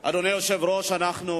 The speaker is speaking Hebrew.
אדוני היושב-ראש, אנחנו